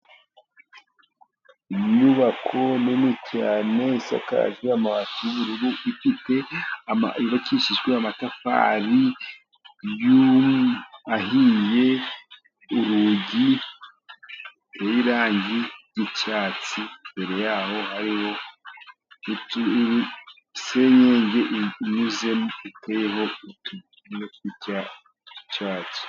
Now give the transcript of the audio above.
Inyubako nini cyane isakaje amabati y'ubururu yubakishijwe amatafari ahiye, urugi rutey'irangi ry'icyatsi imbere yaho hariho senyenge inyuzemo y'icyatsi.